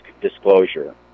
disclosure